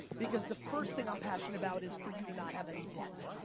because the first thing i'm passionate about, is for you to not have any debt.